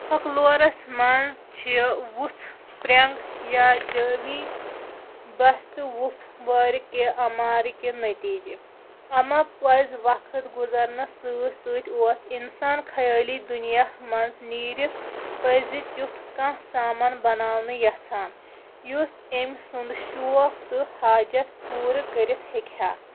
پھکلورَس منٛز چھِ وُژھ پرینگ یا جٲوی بس تہٕ وُپھ وارٕ کہِ اَمارٕ کہِ نٔتیٖجہٕ اَما پزِ وقت گُزرنَس سۭتۍ سۭتۍ اوس اِنسان خیٲلی دُنیاہ منٛز نیٖرِتھ پَزِ تیُتھ کانہہ سامان بَناونہٕ یَژھان یُس أمۍ سُند شوق تہٕ حاجت پوٗرٕ کٔرِتھ ہٮ۪کہِ ہا